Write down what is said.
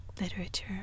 literature